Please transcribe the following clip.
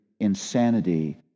insanity